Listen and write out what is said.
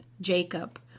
Jacob